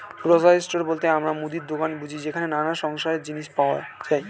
grocery store বলতে আমরা মুদির দোকান বুঝি যেখানে নানা সংসারের জিনিস পাওয়া যায়